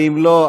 ואם לא,